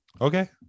Okay